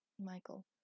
Michael